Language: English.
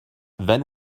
then